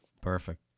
Perfect